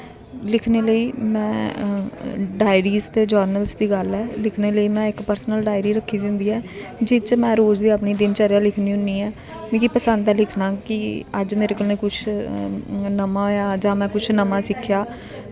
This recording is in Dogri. लिखने लेई में डायरी ते जर्नल्स दी गल्ल ऐ लिखने लेई में इक पर्सनल डायरी रक्खी दी होंदी ऐ जेह्दे च में रोज़ दी अपनी दिनचर्या लिखनी होनी आं मिगी पसंद ऐ लिखना कि अज्ज मेरे कन्नै अज्ज कुछ नमां होया जां में कुछ नमां सिक्खेआ